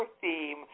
theme